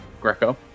Greco